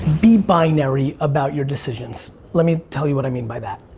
be binary about your decisions. let me tell you what i mean by that.